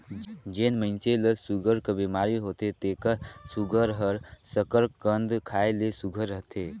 जेन मइनसे ल सूगर कर बेमारी होथे तेकर सूगर हर सकरकंद खाए ले सुग्घर रहथे